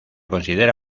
considera